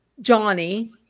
Johnny